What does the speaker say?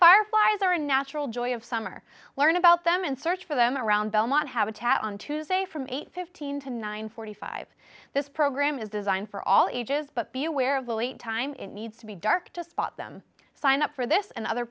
fireflies are a natural joy of summer learn about them and search for them around belmont habitat on tuesday from eight fifteen to nine forty five this program is designed for all ages but be aware of the wait time it needs to be dark to spot them sign up for this and other